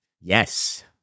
Yes